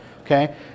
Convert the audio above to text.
Okay